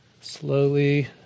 slowly